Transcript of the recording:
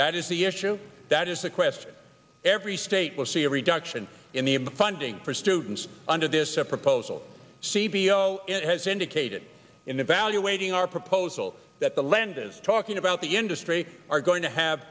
that is the issue that is a question every state will see a reduction in the funding for students under this proposal cvo has indicated in evaluating our proposal that the lenders talking about the industry are going to have